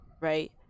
right